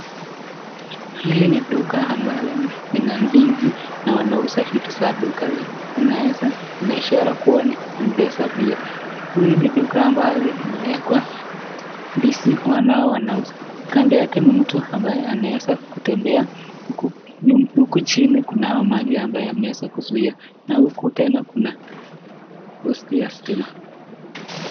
Hili ni duka ambalo lina ndizi na wanauza vitu za duka inaishara kuwa ni mpesa pia. Hili ni duka ambalo limewekwa ndizi wanouza. Kando yake ni mtu ambaye anaweza kutembea, huku chini kuna maji yanay